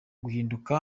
guhinduka